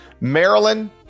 Maryland